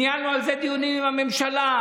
ניהלנו על זה דיונים עם הממשלה,